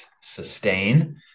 sustain